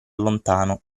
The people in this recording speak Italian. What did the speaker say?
lontano